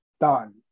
done